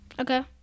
Okay